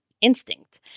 instinct